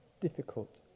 difficult